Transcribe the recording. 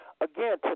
Again